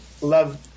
love